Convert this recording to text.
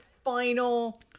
final